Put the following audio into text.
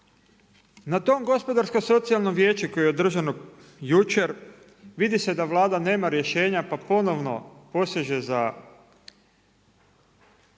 Na tom Gospodarsko-socijalnom vijeću koje je održano jučer, vidi se da Vlada nema rješenja, pa ponovno poseže za